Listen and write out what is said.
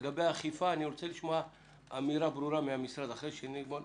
לגבי אכיפה אני רוצה לשמוע אמירה ברורה מהמשרד לפרוטוקול